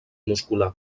muscular